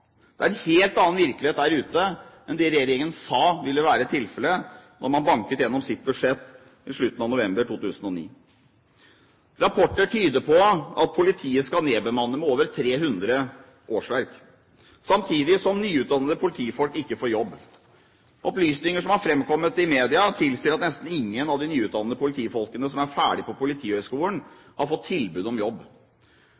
Det er en helt annen virkelighet der ute enn det regjeringen sa ville være tilfellet da man banket gjennom sitt budsjett i slutten av november 2009. Rapporter tyder på at politiet skal nedbemanne med over 300 årsverk, samtidig som nyutdannede politifolk ikke får jobb. Opplysninger som har fremkommet i media, tilsier at nesten ingen av de nyutdannede politifolkene som er ferdig på Politihøgskolen,